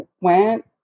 went